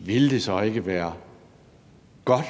Ville det så ikke være godt,